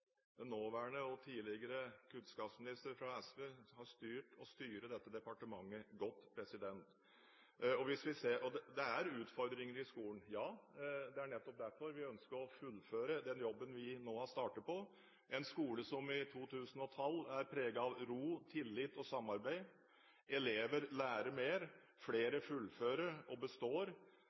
Den nåværende og tidligere kunnskapsminister fra SV har styrt og styrer dette departementet godt. Det er utfordringer i skolen, ja. Det er nettopp derfor vi ønsker å fullføre den jobben vi har startet på, en skole som i 2012 er preget av ro, tillit og samarbeid. Elever lærer mer, flere fullfører og består.